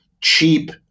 cheap